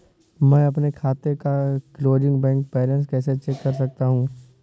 मैं अपने खाते का क्लोजिंग बैंक बैलेंस कैसे चेक कर सकता हूँ?